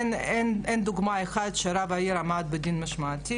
אין דוגמה אחת שרב עיר עמד לדין משמעתי